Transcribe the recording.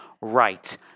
right